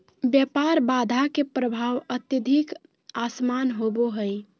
व्यापार बाधा के प्रभाव अत्यधिक असमान होबो हइ